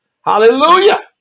Hallelujah